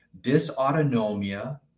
dysautonomia